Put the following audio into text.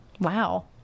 Wow